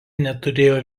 neturėjo